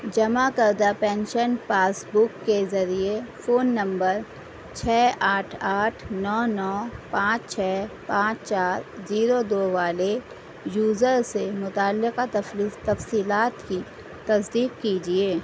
جمع کردہ pension pass book کے ذریعے فون نمبر چھ آٹھ آٹھ نو نو پانچ چھ پانچ چار زیرو دو والے یوزر سے متعلقہ تفصیلات کی تصدیق کیجیے